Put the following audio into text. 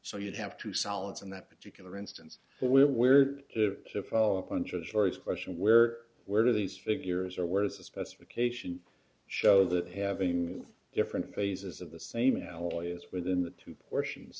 so you'd have to solids in that particular instance we were to follow up on juries question where where do these figures or where as a specification show that having different phases of the same alloy is within that two portions